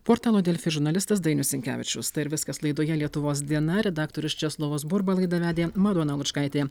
portalo delfi žurnalistas dainius sinkevičius tai ir viskas laidoje lietuvos diena redaktorius česlovas burba laidą vedė madona lučkaitė